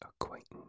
acquaintance